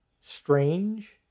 strange